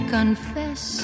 Confess